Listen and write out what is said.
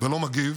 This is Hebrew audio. ולא מגיב